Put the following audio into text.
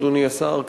אדוני השר,